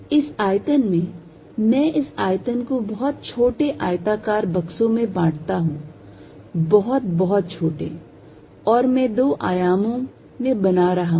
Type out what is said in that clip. इस आयतन में मैं इस आयतन को बहुत छोटे आयताकार बक्सों में बांटता हूं बहुत बहुत छोटे मैं दो आयामों में बना रहा हूं